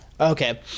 Okay